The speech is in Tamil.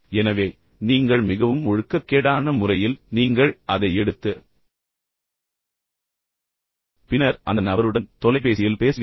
எனவே நீங்கள் மற்றும் பின்னர் மிகவும் ஒழுக்கக்கேடான முறையில் நீங்கள் அதை எடுத்து பின்னர் அந்த நபருடன் தொலைபேசியில் பேசுகிறீர்கள்